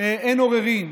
אין עוררין,